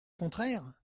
contraire